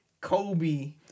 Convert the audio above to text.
Kobe